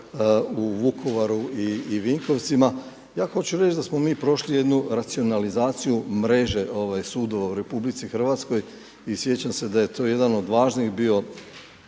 u Vukovaru i Vinkovcima, ja hoću reći da smo mi prošli jednu racionalizaciju mreže sudova u RH i sjećam se da je to jedan od važnih bio